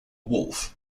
wolf